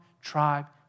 tribe